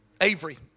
Avery